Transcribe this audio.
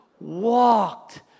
walked